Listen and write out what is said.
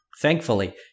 Thankfully